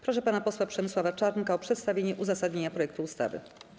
Proszę pana posła Przemysława Czarnka o przedstawienie uzasadnienia projektu ustawy.